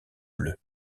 bleus